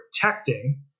protecting